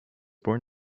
born